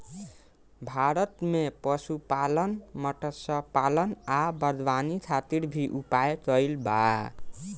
भारत में पशुपालन, मत्स्यपालन आ बागवानी खातिर भी उपाय कइल बा